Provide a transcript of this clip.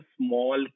small